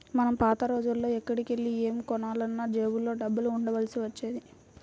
మనం పాత రోజుల్లో ఎక్కడికెళ్ళి ఏమి కొనాలన్నా జేబులో డబ్బులు ఉండాల్సి వచ్చేది